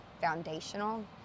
foundational